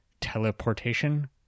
Teleportation